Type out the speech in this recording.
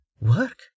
work